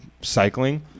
Cycling